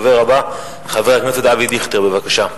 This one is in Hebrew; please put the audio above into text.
הדובר הבא, חבר הכנסת אבי דיכטר, בבקשה.